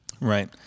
Right